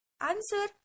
Answer